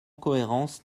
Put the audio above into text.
cohérence